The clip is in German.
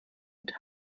mit